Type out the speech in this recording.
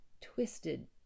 twisted